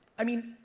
i mean,